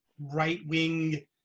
right-wing